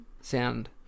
sound